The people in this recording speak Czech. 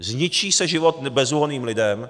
Zničí se život bezúhonným lidem.